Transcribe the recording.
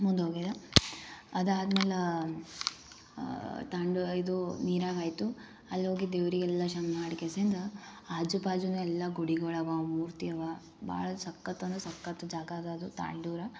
ಮುಂದೆ ಹೊಗೆಯ ಅದಾದಮೇಲೆ ತಾಂಡ ಇದು ನೀರಾಗೆ ಆಯಿತು ಅಲ್ಲಿ ಹೋಗಿ ದೇವರಿಗೆಲ್ಲ ಶಂಗ್ ಮಾಡ್ಕೇಸಿಂದು ಆಜು ಬಾಜುನೆಲ್ಲ ಗುಡಿ ಒಳಗೆ ಮೂರ್ತಿಯವ ಭಾಳ ಸಕ್ಕತಂದರೆ ಸಕ್ಕತ್ ಜಾಗ ಅದ ಅದು ತಾಂಡೂರ